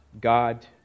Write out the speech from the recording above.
God